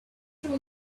rule